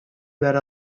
behar